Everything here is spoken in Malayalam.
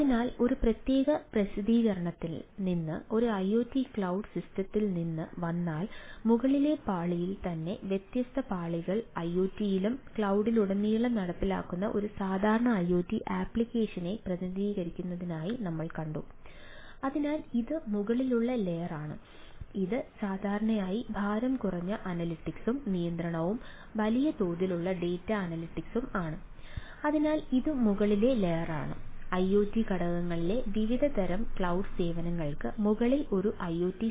അതിനാൽ ഐസിഓഎംഓടി